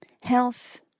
health